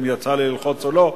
אם יצא לי ללחוץ או לא,